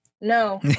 No